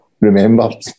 remember